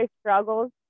struggles